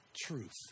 truth